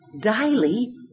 daily